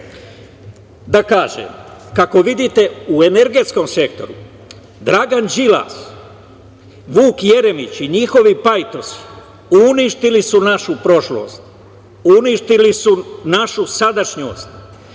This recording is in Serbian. kažem, kako vidite u energetskom sektoru, Dragan Đilas, Vuk Jeremić i njihovi pajtosi uništili su našu prošlost, uništili su našu sadašnjost,